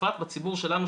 בפרט בציבור שלנו,